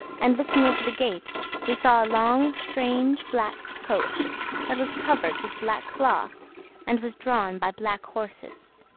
and looking over the gate we saw a long, strange black coach that was covered with black cloth and was drawn by black horses